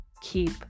keep